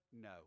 no